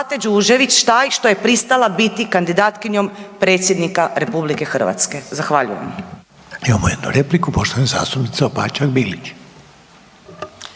Imamo jednu repliku poštovane zastupnice Opačak-Bilić.